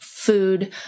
Food